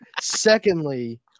Secondly